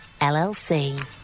LLC